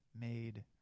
made